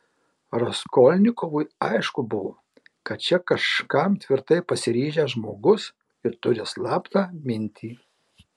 raskolnikovui aišku buvo kad čia kažkam tvirtai pasiryžęs žmogus ir turi slaptą mintį